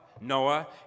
Noah